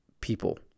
people